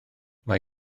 mae